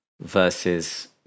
versus